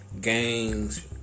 gangs